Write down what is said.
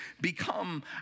become